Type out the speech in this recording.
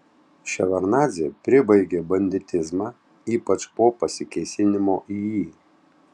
ševardnadzė pribaigė banditizmą ypač po pasikėsinimo į jį